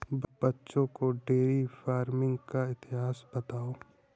बच्चों को dairy farming का इतिहास बताओ